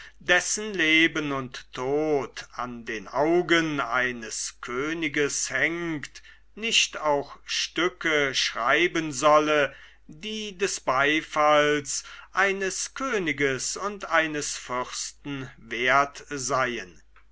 dessen leben und tod an den augen eines königs hängt nicht auch stücke schreiben solle die des beifalls eines königs und eines fürsten wert seien